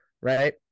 right